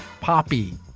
poppy